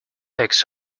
takes